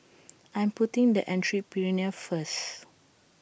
I'm putting the Entrepreneur First